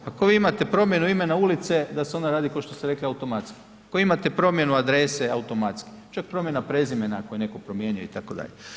Ako vi imate promjenu imena ulice, da se ona radi kao što ste rekli automatski, ako imate promjenu adrese automatski čak promjena prezimena, ako je netko promijenio itd.